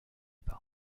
par